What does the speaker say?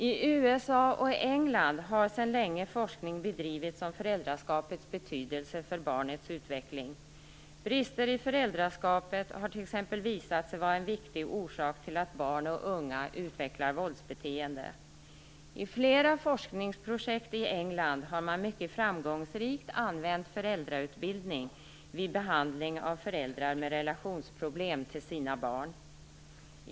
I USA och England har sedan länge forskning bedrivits om föräldraskapets betydelse för barnets utveckling. Brister i föräldraskapet har t.ex. visat sig vara en viktig orsak till att barn och unga utvecklar våldsbeteende. I flera forskningsprojekt i England har man mycket framgångsrikt använt föräldrautbildning vid behandling av föräldrar med relationsproblem till sina barn.